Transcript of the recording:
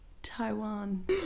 Taiwan